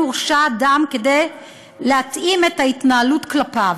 מורשע אדם כדי להתאים את ההתנהלות כלפיו.